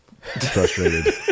frustrated